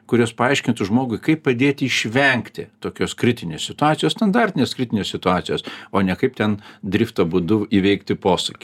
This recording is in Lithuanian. kurios paaiškintų žmogui kaip padėti išvengti tokios kritinės situacijos standartinės kritinės situacijos o ne kaip ten drifto būdu įveikti posūkį